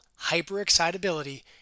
hyperexcitability